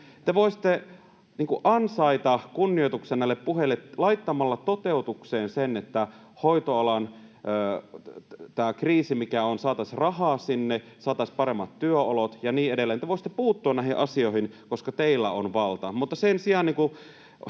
Te voisitte ansaita kunnioituksen näille puheille laittamalla toteutukseen sen, että kun on tämä hoitoalan kriisi, niin saataisiin rahaa sinne, saataisiin paremmat työolot ja niin edelleen. Te voisitte puuttua näihin asioihin, koska teillä on valta,